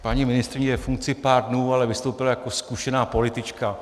Paní ministryně je ve funkci pár dnů, ale vystoupila jako zkušená politička.